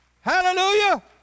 Hallelujah